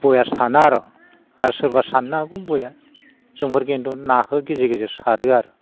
बया साना आर' आरो सोरबा साननो हागौ बया जोंफोर खिन्थु नाखो गेजेर गेजेर सारो आरो